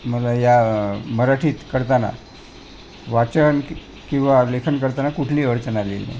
मला या मराठीत करताना वाचन किंवा लेखन करताना कुठली अडचण आली नाही